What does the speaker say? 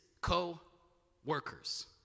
co-workers